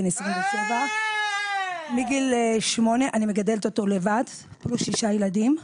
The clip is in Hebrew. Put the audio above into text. בן 27. מגיל שמונה אני מגדלת אותו לבד פלוס שישה ילדים.